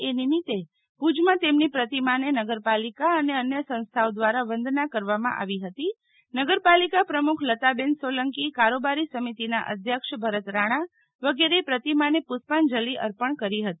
એ નિમિતે ભુજમાં તેમની પ્રતિમાને નગરપાલિકા અને અન્ય સંસ્થાઓ દ્વારા વંદના કરવામાં આવી હતી નગરપાલિકા પ્રમુખ લતાબેન સોલંકી કારોબારી સમિતિનાં અધ્યક્ષ ભરત રાણા વગેરેએ પ્રતિમાને પુષ્પાંજલિ અર્પણ કરી હતી